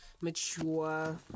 mature